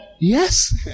Yes